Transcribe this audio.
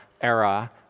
era